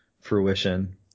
fruition